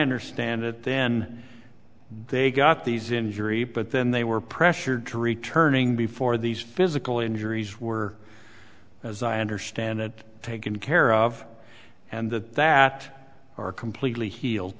understand it then they got these injury but then they were pressured to returning before these physical injuries were as i understand it taken care of and that that are completely healed